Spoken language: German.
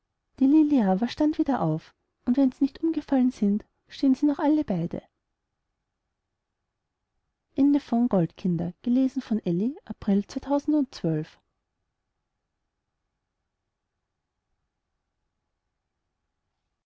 aber stand wieder auf und wenn sie nicht umgefallen sind stehen sie noch alle beide